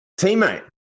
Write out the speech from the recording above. teammate